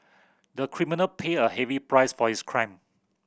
the criminal paid a heavy price for his crime